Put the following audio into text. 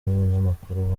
n’umunyamakuru